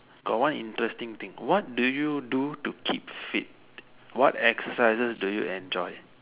got one interesting thing what do you do to keep fit what exercises do you enjoy